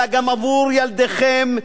אלא גם עבור ילדיכם,